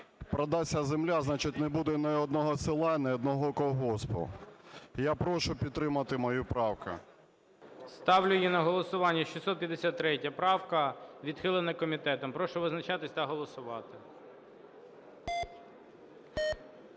продасться земля – значить не буде ні одного села, ні одного колгоспу. Я прошу підтримати мою правку. ГОЛОВУЮЧИЙ. Ставлю її на голосування, 653 правка. Відхилена комітетом. Прошу визначатись та голосувати.